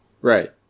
Right